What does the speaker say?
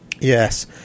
Yes